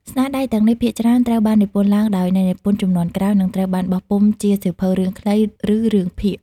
ស្នាដៃទាំងនេះភាគច្រើនត្រូវបាននិពន្ធឡើងដោយអ្នកនិពន្ធជំនាន់ក្រោយ និងត្រូវបានបោះពុម្ពជាសៀវភៅរឿងខ្លី ឬរឿងភាគ។